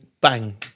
bang